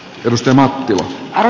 ristomatti aura